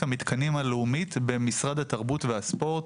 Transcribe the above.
המתקנים הלאומית במשרד התרבות והספורט,